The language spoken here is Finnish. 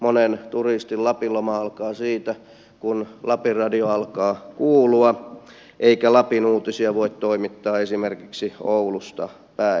monen turistin lapin loma alkaa siitä kun lapin radio alkaa kuulua eikä lapin uutisia voi toimittaa esimerkiksi oulusta päin